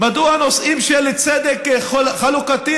מדוע נושאים של צדק חלוקתי,